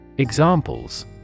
Examples